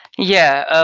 yeah.